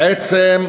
בעצם,